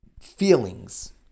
feelings